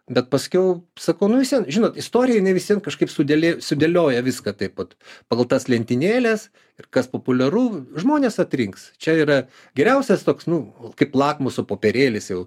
bet paskiau sako nu žinot istorija jinai vis vien kažkaip sudėlė sudėlioja viską taip vat pagal tas lentynėles ir kas populiaru žmonės atrinks čia yra geriausias toks nu kaip lakmuso popierėlis jau